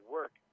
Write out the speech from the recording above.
work